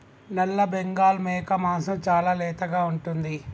నల్లబెంగాల్ మేక మాంసం చాలా లేతగా ఉంటుంది